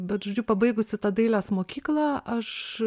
bet žodžiu pabaigusi tą dailės mokyklą aš